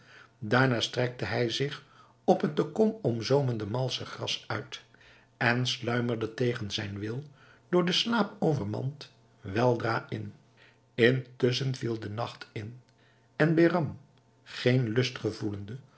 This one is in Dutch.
daarna strekte hij zich op het de kom omzoomende malsche gras uit en sluimerde tegen zijn wil door den slaap overmand weldra in intusschen viel de nacht in en behram geen lust